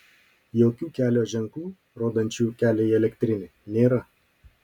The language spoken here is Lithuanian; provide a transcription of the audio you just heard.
jokių kelio ženklų rodančių kelią į elektrinę nėra